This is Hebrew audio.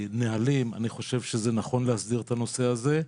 הנהלים, אני חושב שזה נכון להסדיר את הנושא הזה.